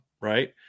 Right